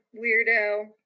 weirdo